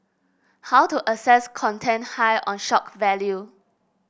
how to assess content high on shock value